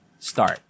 start